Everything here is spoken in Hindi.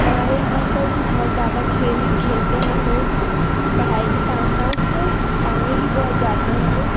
हमारे यहाँ पर भी बहुत ज़्यादा खेल खेलते हैं लोग पढाई के साथ साथ आगे भी बहुत जाते हैं वह